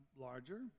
larger